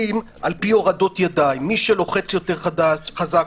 לפי הורדות ידיים מי שצועק יותר חזק,